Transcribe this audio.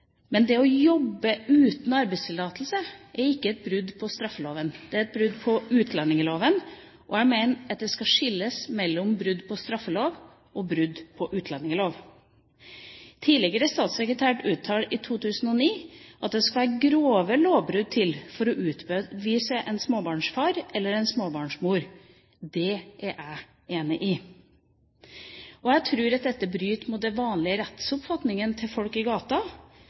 Men det å jobbe uten arbeidstillatelse er ikke et brudd på straffeloven, det er et brudd på utlendingsloven, og jeg mener det skal skilles mellom brudd på straffeloven og brudd på utlendingsloven. En tidligere statssekretær uttalte i 2009 at det skal grove lovbrudd til for å utvise en småbarnsfar eller en småbarnsmor. Det er jeg enig i. Jeg tror det bryter mot den vanlige rettsoppfatningen til folk i gata